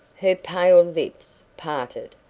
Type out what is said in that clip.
her pale lips parted.